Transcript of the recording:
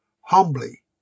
humbly